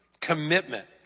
commitment